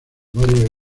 varios